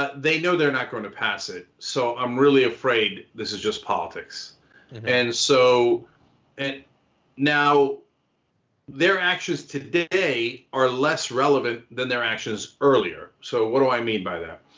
they know they're not going to pass it. so i'm really afraid this is just politics and so and now their actions today are less relevant than their actions earlier, so what do i mean by that?